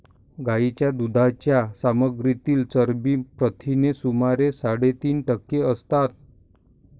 गायीच्या दुधाच्या सामग्रीतील चरबी प्रथिने सुमारे साडेतीन टक्के असतात